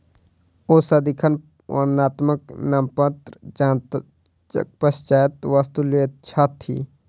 ओ सदिखन वर्णात्मक नामपत्र जांचक पश्चातै वस्तु लैत छथि